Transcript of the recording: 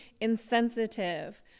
insensitive